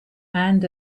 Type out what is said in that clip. and